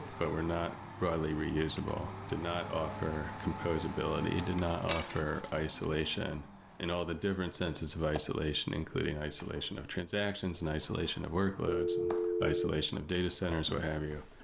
but were not broadly reusable, did not offer composability, did not offer isolation in all the different senses of isolation, including isolation of transactions and isolation of workloads and isolation of data centers, what have you,